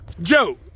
Joe